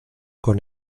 con